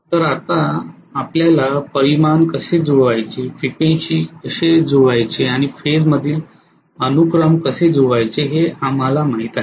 तर आता आपल्याला परिमाण कसे जुळवायचे फ्रिक्वेन्सी शी कसे जुळवायचे आणि फेझंमधील अनुक्रम कसे जुळवायचे हे आम्हाला माहित आहे